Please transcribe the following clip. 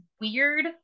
weird